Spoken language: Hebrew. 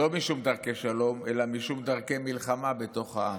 לא משום דרכי שלום אלא משום דרכי מלחמה בתוך העם.